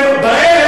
ברמדאן.